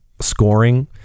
scoring